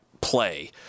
play